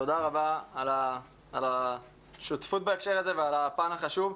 תודה רבה על השותפות בהקשר הזה ועל הפן החשוב.